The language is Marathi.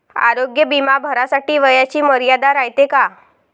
आरोग्य बिमा भरासाठी वयाची मर्यादा रायते काय?